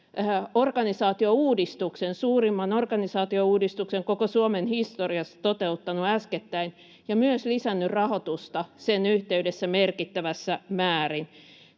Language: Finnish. suurimman organisaatiouudistuksen koko Suomen historiassa — toteuttanut äskettäin ja myös lisännyt rahoitusta sen yhteydessä merkittävässä määrin.